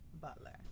Butler